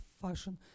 fashion